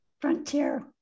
frontier